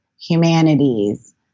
humanities